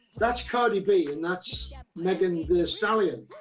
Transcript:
that's cardi b and that's megan thee stallion.